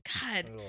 God